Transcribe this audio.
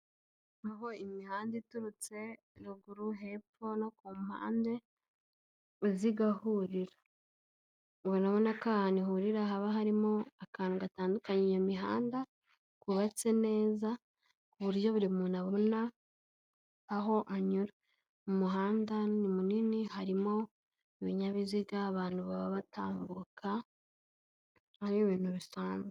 Aho imihanda iturutse ruguru, hepfo no ku mpande iza igahurira; urabona ko aha hantu ihurira haba harimo akantu gatandukanya iyo mihanda, kubatse neza, ku buryo buri muntu abona aho anyura. Umuhanda ni munini, harimo ibinyabiziga, abantu baba batambuka ari ibintu bisanzwe.